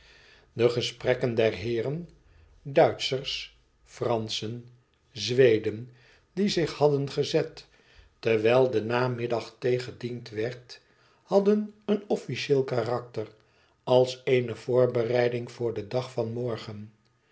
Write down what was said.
de gesprekken der heeren duitschers franschen zweden die zich hadden gezet terwijl de namiddagthee gediend werd hadden een officieel karakter als eene voorbereiding voor den dag van morgen